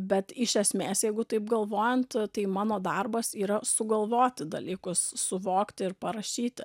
bet iš esmės jeigu taip galvojant tai mano darbas yra sugalvoti dalykus suvokti ir parašyti